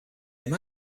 him